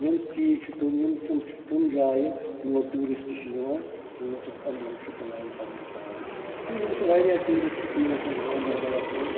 یِم چیٖز چھِ تِم یِم تِم جایہِ یور ٹوٗرسٹ چھِ یِوان لُطُف اندوز چھِ تُلان پنُن پان گوٚو یِم چھِ وارِیاہ ٹوٗرسٹ پٕلیسِز گانٛدربلس منٛز